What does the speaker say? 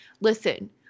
listen